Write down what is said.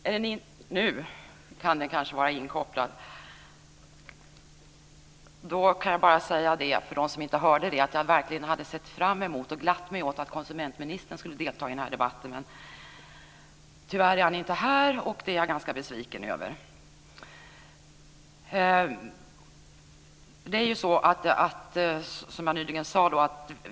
Fru talman! Jag hade glatt mig åt att konsumentministern skulle delta i denna debatt, men till min besvikelse ser jag att han inte är här.